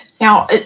Now